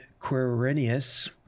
Quirinius